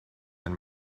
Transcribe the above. and